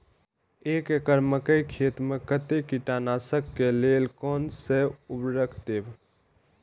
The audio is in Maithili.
एक एकड़ मकई खेत में कते कीटनाशक के लेल कोन से उर्वरक देव?